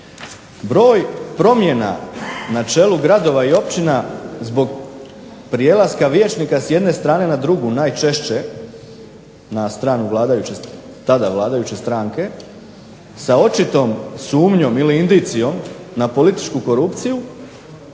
broj promjena na čelu gradova i općina zbog prelaska vijećnika s jedne strane na drugu najčešće na stranu vladajuće, tada vladajuće stranke sa očitom sumnjom ili indicijom na političku korupciju